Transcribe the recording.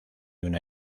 una